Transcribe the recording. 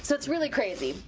so it's really crazy.